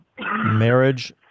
marriage